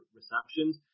receptions